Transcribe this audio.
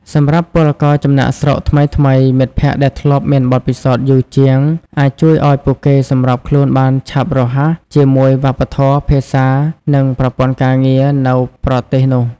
សម្រាប់ពលករចំណាកស្រុកថ្មីៗ មិត្តភក្តិដែលធ្លាប់មានបទពិសោធន៍យូរជាង អាចជួយឱ្យពួកគេសម្របខ្លួនបានឆាប់រហ័សជាមួយ វប្បធម៌ ភាសា និងប្រព័ន្ធការងារ នៅប្រទេសនោះ ។